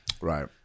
Right